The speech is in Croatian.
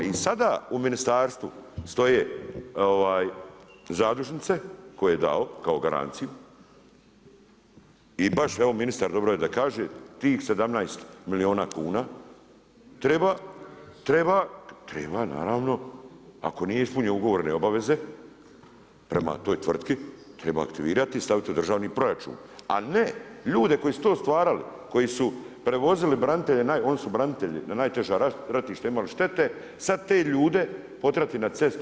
I sada u ministarstvu stoje zadužnice koje je dao kao garanciju i baš evo ministar dobro je da kaže tih 17 milijuna kuna treba naravno ako nije ispunio ugovorne obaveze prema toj tvrtki treba aktivirati i staviti u državni proračun, a ne ljude koji su to stvarali, koji su prevozili branitelje oni su branitelji na najteža ratišta imali štete sada te ljude potjerati na cestu.